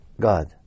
God